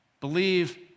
Believe